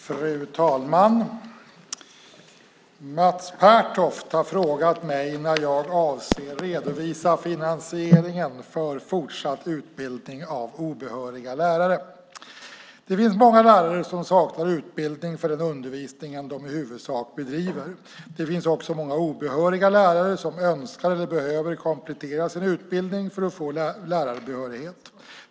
Fru talman! Mats Pertoft har frågat mig när jag avser att redovisa finansieringen för fortsatt utbildning av obehöriga lärare. Det finns många lärare som saknar utbildning för den undervisning de i huvudsak bedriver. Det finns också många obehöriga lärare som önskar eller behöver komplettera sin utbildning för att få lärarbehörighet.